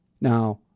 Now